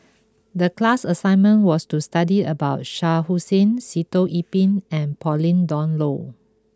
the class assignment was to study about Shah Hussain Sitoh Yih Pin and Pauline Dawn Loh